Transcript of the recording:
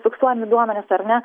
fiksuojami duomenys ar ne